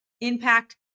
impact